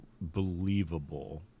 believable